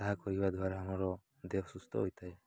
ତାହା କରିବା ଦ୍ୱାରା ଆମର ଦେହ ସୁସ୍ଥ ହୋଇଥାଏ